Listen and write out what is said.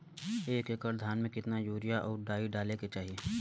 एक एकड़ धान में कितना यूरिया और डाई डाले के चाही?